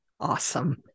Awesome